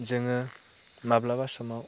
जोङो माब्लाबा समाव